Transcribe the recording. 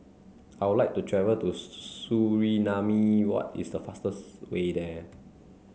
I would like to travel to Suriname what is the fastest way there